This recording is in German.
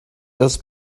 das